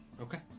okay